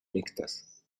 mixtas